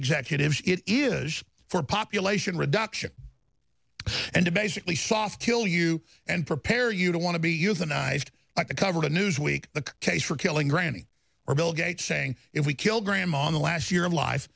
executives it is for population reduction and to basically soft kill you and prepare you to want to be euthanized like the cover of newsweek the case for killing granny or bill gates saying if we kill grandma in the last year of life